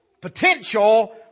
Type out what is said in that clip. potential